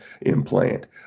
implant